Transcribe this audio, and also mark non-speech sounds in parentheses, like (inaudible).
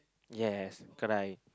yes cry (noise)